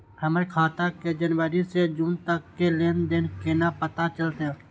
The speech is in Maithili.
हमर खाता के जनवरी से जून तक के लेन देन केना पता चलते?